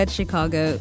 Chicago